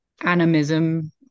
animism